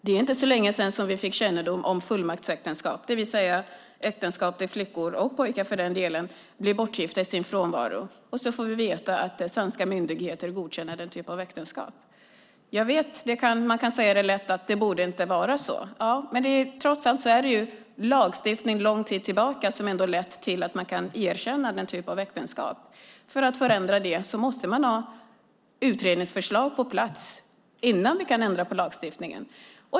Det är inte så länge sedan som vi fick kännedom om fullmaktsäktenskap, det vill säga äktenskap där flickor, och också pojkar för den delen, blir bortgifta i sin frånvaro. Sedan får vi veta att svenska myndigheter godkänner den typen av äktenskap. Det är lätt att säga att det inte borde vara så, men det är trots allt en lagstiftning som funnits sedan lång tid tillbaka och som leder till att man kan erkänna den typen av äktenskap. För att förändra den måste vi ha utredningsförslag på plats, alltså innan vi kan ändra lagstiftningen.